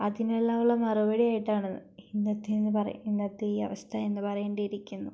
അതിനെല്ലാം ഉള്ള മറുപടിയായിട്ടാണ് ഇന്നത്തെന്ന് ഇന്നത്തെ ഈ അവസ്ഥ എന്നു പറയേണ്ടിയിരിക്കുന്നു